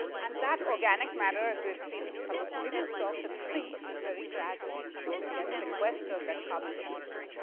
and that organic matter, as we have seen in some of the previous talks, it sinks very gradually. some of it get sequestered, that carbon to the oceans.